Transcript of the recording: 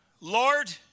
Lord